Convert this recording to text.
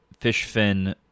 Fishfin